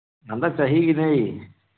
ꯍꯟꯗꯛ ꯆꯍꯤꯒꯤꯅꯦ